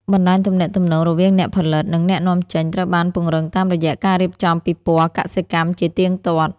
បណ្ដាញទំនាក់ទំនងរវាងអ្នកផលិត និងអ្នកនាំចេញត្រូវបានពង្រឹងតាមរយៈការរៀបចំពិព័រណ៍កសិកម្មជាទៀងទាត់។